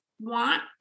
want